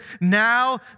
Now